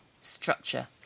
structure